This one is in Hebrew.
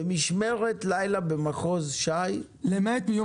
במשמרת לילה במחוז ש"י --- למעט מיום